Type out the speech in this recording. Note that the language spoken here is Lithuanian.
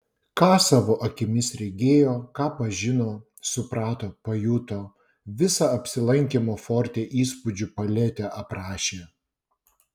ką savo akimis regėjo ką pažino suprato pajuto visą apsilankymo forte įspūdžių paletę aprašė